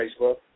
Facebook